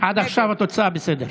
נגד עד עכשיו התוצאה בסדר.